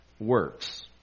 works